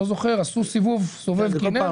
בדקו בסובב כינרת